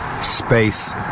space